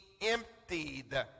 emptied